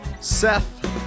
Seth